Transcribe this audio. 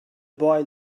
boy